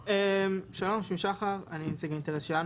כן, שלום, שמי שחר, אני נציג "האינטרס שלנו".